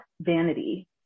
vanity